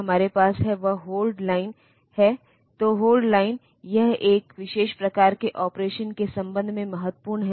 उदाहरण के लिए यदि आप 0011 1100 की तरह इस विशेष बिट संयोजन पर विचार करते हैं